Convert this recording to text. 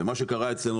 מה שקרה אצלנו,